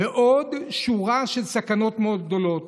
ועוד שורה של סכנות מאוד גדולות.